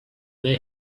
they